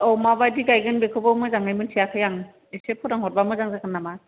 औ माबायदि गायगोन बेखौ मोजाङै मोनथियाखै आं एसे फोरोंहरबा मोजां जागोन नामा